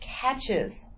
catches